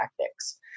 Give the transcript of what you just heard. tactics